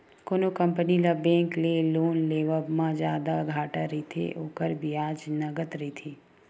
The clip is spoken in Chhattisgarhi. कोनो कंपनी ल बेंक ले लोन लेवब म जादा घाटा रहिथे, ओखर बियाज नँगत रहिथे